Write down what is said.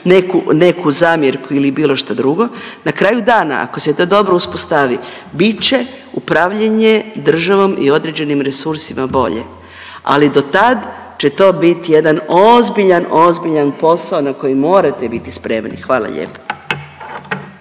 neku zamjerku ili bilo šta drugo. Na kraju dana ako se to dobro uspostavi bit će upravljanje državom i određenim resursima bolje, ali do tad će to biti jedan ozbiljan, ozbiljan posao na koji morate biti spremni. Hvala lijepo.